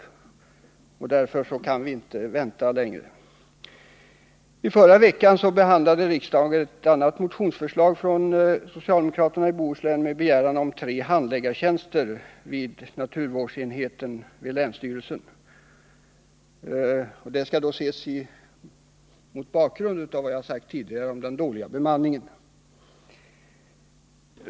Därför kan vi inte vänta längre. I förra veckan behandlade riksdagen ett annat motionsförslag från socialdemokraterna i Bohuslän med begäran om tre handläggartjänster på naturvårdsenheten vid länsstyrelsen. Detta skall ses mot bakgrund av vad jag har sagt tidigare om den dåliga bemanningen.